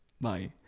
Bye